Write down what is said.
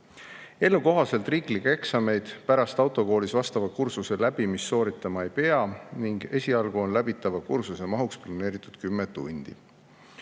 kohaselt riiklikke eksameid pärast autokoolis vastava kursuse läbimist sooritama ei pea ning esialgu on läbitava kursuse mahuks planeeritud 10 tundi.